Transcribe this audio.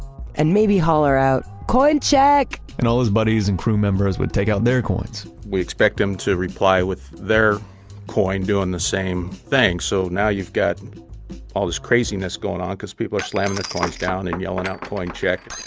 and maybe holler out, coin check. and all his buddies and crew members would take out their coins we expect them to reply with their coin, doing the same thing. so now you've got all this craziness going on because people are slamming the coins down and yelling out, coin check.